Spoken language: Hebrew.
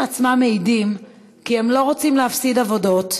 הם עצמם מעידים כי הם לא רוצים להפסיד עבודות